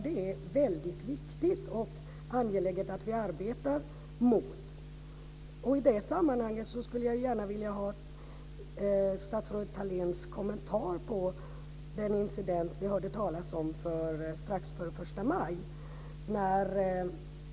Det är viktigt och angeläget att vi arbetar för detta. I det sammanhanget skulle jag gärna vilja ha statsrådet Thaléns kommentar till den incident vi hörde talas om strax före den 1 maj.